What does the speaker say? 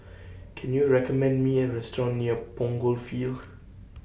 Can YOU recommend Me A Restaurant near Punggol Field